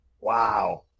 wow